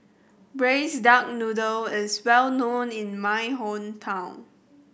Braised Duck Noodle is well known in my hometown